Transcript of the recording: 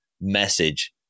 message